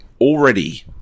already